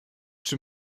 czy